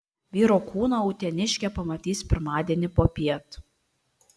vyro kūną uteniškė pamatys pirmadienį popiet